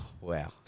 Wow